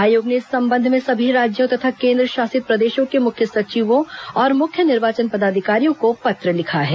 आयोग ने इस संबंध में सभी राज्यों तथा केंद्रशासित प्रदेशों के मुख्य सचिवों और मुख्य निर्वाचन पदाधिकारियों को पत्र लिखा है